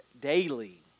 daily